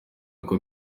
uko